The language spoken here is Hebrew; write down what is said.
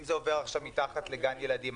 אם הוא עובר עכשיו מתחת לגן ילדים?